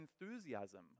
enthusiasm